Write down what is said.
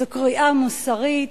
זו קריאה מוסרית,